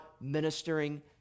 ministering